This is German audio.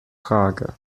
frage